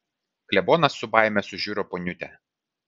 klebonas su baime sužiuro poniutę